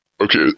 Okay